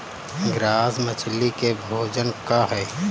Grass मछली के भोजन का ह?